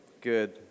Good